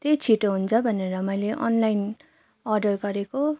त्यही छिटो हुन्छ भनेर मैले अनलाइन अर्डर गरेको